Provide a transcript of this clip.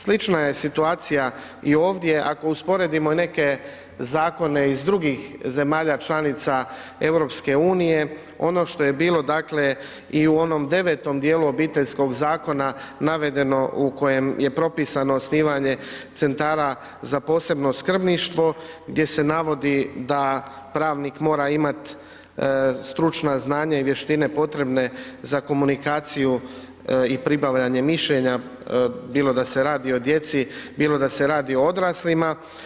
Slična je situacija i ovdje, ako usporedimo neke zakone iz drugih zemalja članica EU, ono što je bilo i u onom devetom dijelu Obiteljskog zakona navedeno u kojem je propisano osnivanje centara za posebno skrbništvo gdje se navodi da pravnik mora imati stručna znanja i vještine potrebne za komunikaciju i pribavljanje mišljenja bilo da se radi o djeci, bilo da se radi o odraslima.